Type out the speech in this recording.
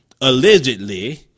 allegedly